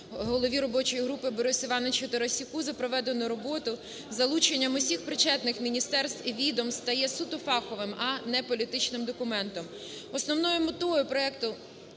голові робочої групи Борису Івановичу Тарасюку за проведену роботу з залученням всіх причетних міністерств і відомств та є суто фаховим, а не політичним документом. Основною метою проекту